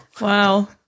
Wow